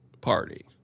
party